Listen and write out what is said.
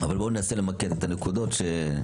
ננסה למקד את הנקודות.